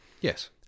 Yes